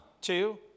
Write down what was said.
two